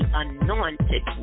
anointed